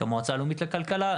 כמו המועצה הלאומית לכלכלה.